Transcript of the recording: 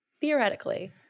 Theoretically